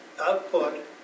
output